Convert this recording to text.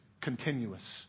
continuous